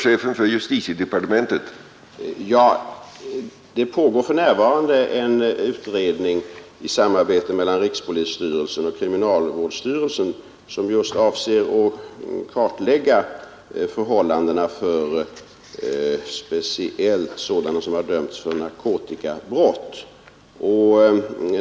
Herr talman! Det pågår för närvarande en utredning i samarbete mellan rikspolisstyrelsen och kriminalvårdsstyrelsen som avser att kartlägga förhållandena för speciellt sådana som har dömts för narkotikabrott.